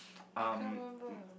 I can't remember